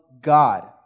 God